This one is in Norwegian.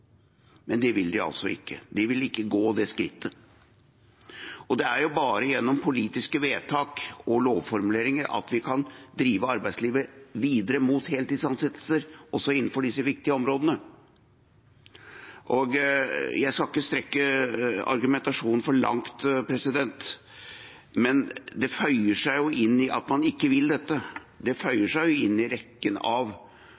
Men det vil de altså ikke. De vil ikke gå det skrittet. Det er bare gjennom politiske vedtak og lovformuleringer vi kan drive arbeidslivet videre mot heltidsansettelser, også innenfor disse viktige områdene. Jeg skal ikke strekke argumentasjonen for langt, men at man ikke vil dette, ikke vil gå inn i en slik lovformulering, føyer seg inn i rekken av den diskusjonen og det